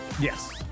Yes